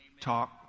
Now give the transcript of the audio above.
talk